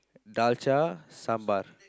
dalcha sambal